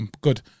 Good